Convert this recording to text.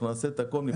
נעשה את הכול.